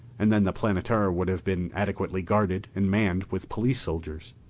and then the planetara would have been adequately guarded and manned with police-soldiers.